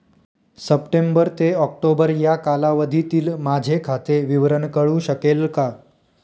September ते October या कालावधीतील माझे खाते विवरण कळू शकेल का?